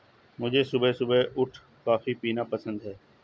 मुझे सुबह सुबह उठ कॉफ़ी पीना पसंद हैं